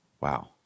wow